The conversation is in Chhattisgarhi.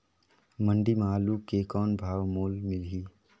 मंडी म आलू के कौन भाव मोल मिलही?